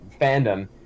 fandom